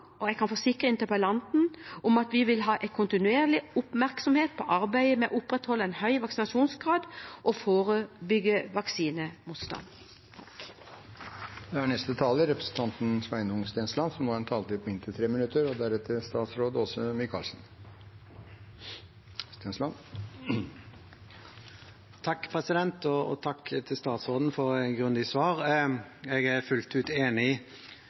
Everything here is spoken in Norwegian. og jeg kan forsikre interpellanten om at vi vil ha kontinuerlig oppmerksomhet på arbeidet med å opprettholde en høy vaksinasjonsgrad og å forebygge vaksinemotstand. Takk til statsråden for et grundig svar. Jeg er helt enig i